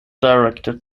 directed